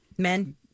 Men